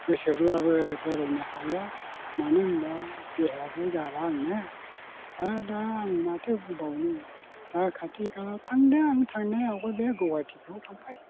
गोसोब्लाबो बेरायनो हाला मानो होमब्ला देहायाबो जाला आंने आरो दा आं माथो बुंबावनो दा खाथि खाला थांदों आं थांनाया आवगयबाय गुवाहाटिफ्राव थांबाय